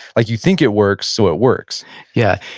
like you think it works, so it works yeah.